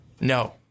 no